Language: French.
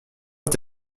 est